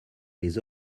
les